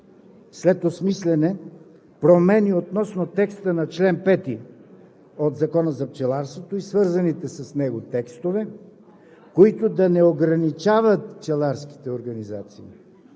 след осмисляне промени относно текста на чл. 5 от Закона за пчеларството и свързаните с него текстове, които да не ограничават пчеларските организации.